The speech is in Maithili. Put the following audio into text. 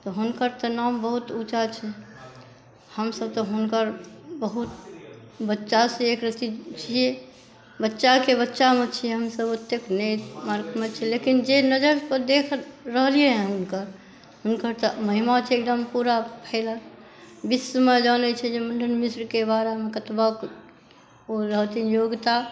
तऽ हुनकर तऽ नाम बहुत ऊँचा छै हमसभ तऽ हुनकर बहुत बच्चासे एकरत्ती छियै बच्चाके बच्चामे छियै हमसभ ओतेक नहिमे छियै जे नज़र पर देख रहलिए हुनकर हुनकर तऽ महिमा छै एकदम पूरा फैलल विश्वमे जानै छै जे मण्डन मिश्रके बारेमे कतबा ओ रहथिन योग्यता